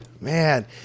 man